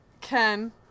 Ken